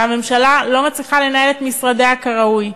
גם הממשלה לא מצליחה לנהל את משרדיה כראוי,